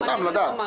סתם, לדעת.